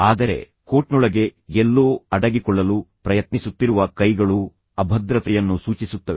ಆದರೆ ಕೋಟ್ನೊಳಗೆ ಎಲ್ಲೋ ಅಡಗಿಕೊಳ್ಳಲು ಪ್ರಯತ್ನಿಸುತ್ತಿರುವ ಕೈಗಳು ಅಭದ್ರತೆಯನ್ನು ಸೂಚಿಸುತ್ತವೆ